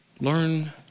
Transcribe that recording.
Learn